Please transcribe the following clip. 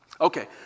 Okay